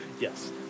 Yes